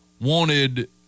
wanted